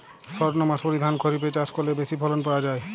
সর্ণমাসুরি ধান খরিপে চাষ করলে বেশি ফলন পাওয়া যায়?